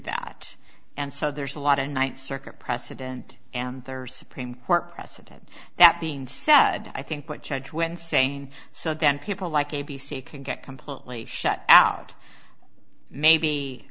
that and so there's a lot of ninth circuit precedent and there supreme court precedent that being said i think what judge when saying so then people like a b c can get completely shut out maybe